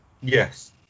yes